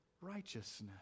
righteousness